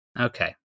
Okay